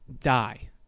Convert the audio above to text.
Die